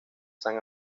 san